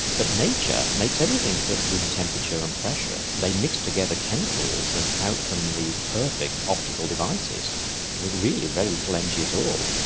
but nature makes everything at room temperature and pressure. they mix together chemicals and out come these perfect optical devices with really very little energy at all.